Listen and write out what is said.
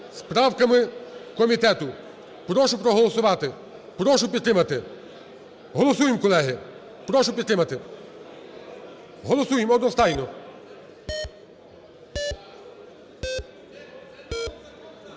правками комітету. Прошу проголосувати, прошу підтримати. Голосуємо, колеги, прошу підтримати, голосуємо одностайно.